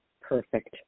Perfect